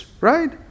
right